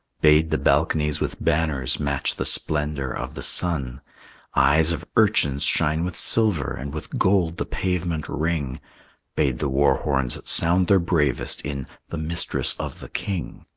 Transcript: bade the balconies with banners match the splendor of the sun eyes of urchins shine with silver, and with gold the pavement ring bade the war-horns sound their bravest in the mistress of the king.